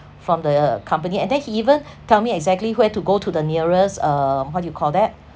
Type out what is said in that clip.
from the uh company and then he even tell me exactly where to go to the nearest um what do you call that